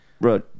Bro